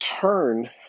turn